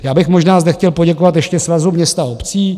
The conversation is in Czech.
Já bych možná zde chtěl poděkovat ještě Svazu měst a obcí.